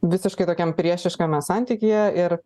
visiškai tokiam priešiškame santykyje ir